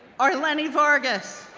arleny vargas,